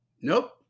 Nope